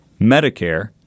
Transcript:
Medicare